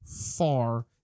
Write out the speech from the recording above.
far